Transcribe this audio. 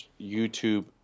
YouTube